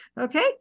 Okay